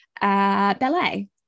ballet